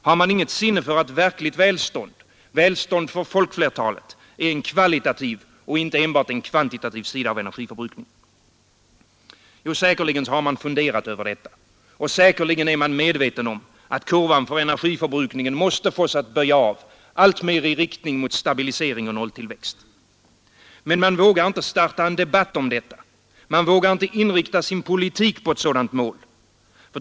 Har man inget sinne för att verkligt välstånd, välstånd för folkflertalet, är en kvalitativ och inte enbart en kvantitativ sida av energiförbrukningen? Jo, säkerligen har man funderat över detta. Säkerligen är man medveten om att kurvan för energiförbrukningen måste fås att böja av alltmer i riktning mot stabilisering och O-tillväxt. Men man vågar inte starta en debatt om detta. Man vågar inte inrikta sin politik på ett sådant mål.